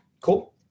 cool